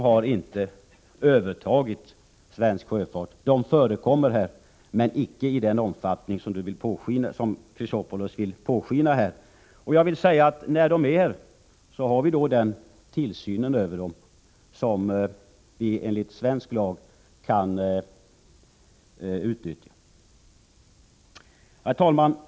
De har inte övertagit svensk sjöfart — de förekommer, men icke i den omfattning som Alexander Chrisopoulos vill låta påskina. Jag vill också säga att vi har tillsyn över dessa fartyg enligt svensk förordning. Herr talman!